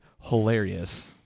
hilarious